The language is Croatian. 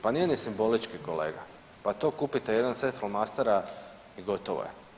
Pa nije ni simbolički kolega, pa to kupite jedan set flomastera i gotovo je.